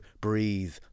breathe